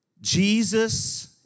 Jesus